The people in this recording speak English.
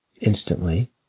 instantly